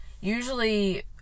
usually